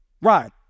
Right